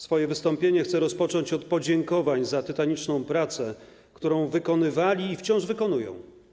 Swoje wystąpienie chcę rozpocząć od podziękowań za tytaniczną pracę, którą żołnierze wykonywali i wciąż wykonują.